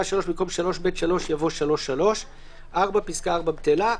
(3) במקום 3ב3 יבוא: 3(3); 4. פסקה (4) בטלה.